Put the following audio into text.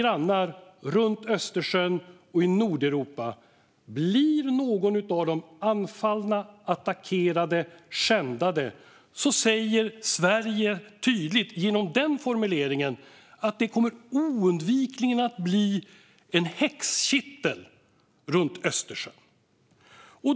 Genom den formuleringen säger Sverige tydligt att om någon av våra grannar runt Östersjön eller i Nordeuropa blir anfallna, attackerade eller skändade kommer det oundvikligen att bli en häxkittel runt Östersjön.